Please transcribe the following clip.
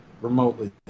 remotely